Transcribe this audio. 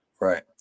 Right